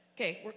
Okay